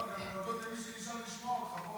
לא, גם להודות למי שנשאר לשמוע אותך.